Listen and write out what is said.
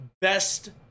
best